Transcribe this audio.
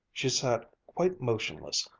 she sat quite motionless,